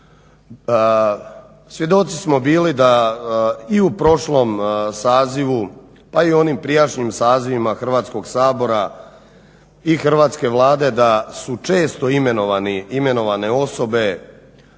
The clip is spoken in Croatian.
Svjedoci smo bili da i u prošlom sazivu, pa i onim prijašnjim sazivima Hrvatskog sabora i hrvatske Vlade da su često imenovane osobe